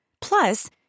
Plus